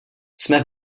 jsme